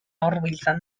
hurbiltzen